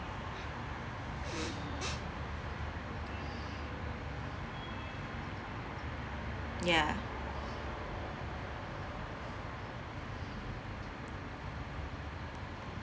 ya